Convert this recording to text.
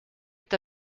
est